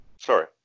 Sorry